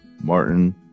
Martin